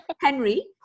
Henry